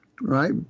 right